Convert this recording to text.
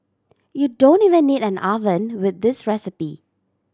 you don't even need an oven with this recipe